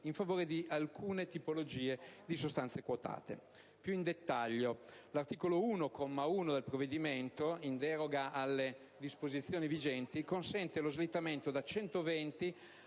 in favore di alcune tipologie di società quotate. Più in dettaglio, l'articolo 1, comma 1 del provvedimento, in deroga alle disposizioni vigenti, consente lo slittamento da 120